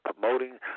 promoting